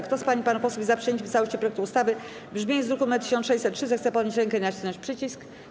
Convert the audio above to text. Kto z pań i panów posłów jest za przyjęciem w całości projektu ustawy w brzmieniu z druku nr 1603, zechce podnieść rękę i nacisnąć przycisk.